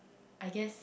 I guess